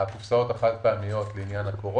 ילדים חורגים לעומת ילדים אחרים במדינת ישראל.